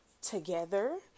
together